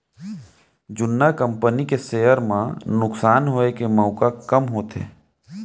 जुन्ना कंपनी के सेयर म नुकसान होए के मउका कम होथे